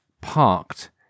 parked